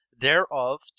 thereof